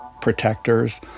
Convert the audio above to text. protectors